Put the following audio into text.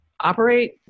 operate